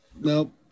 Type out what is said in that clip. Nope